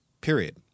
Period